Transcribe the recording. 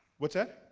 what's that?